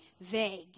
vague